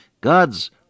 God's